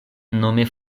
nome